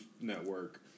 network